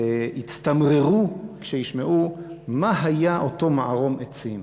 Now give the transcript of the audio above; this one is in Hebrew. יצטמררו כשישמעו מה היה אותו מערום עצים.